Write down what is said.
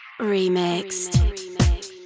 remixed